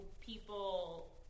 people